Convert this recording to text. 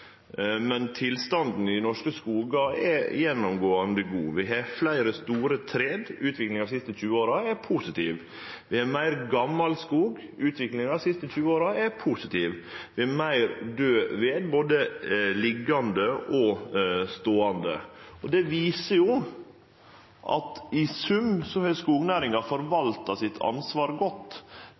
Tilstanden i norske skogar er gjennomgåande god. Vi har fleire store tre – utviklinga dei siste 20 åra er positiv. Det er meir gamalskog – utviklinga dei siste åra er positiv. Det er meir død ved, både liggjande og ståande. Det viser at i sum har skognæringa forvalta ansvaret sitt godt.